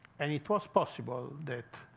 and it was possible that